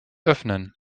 öffnen